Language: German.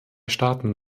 staaten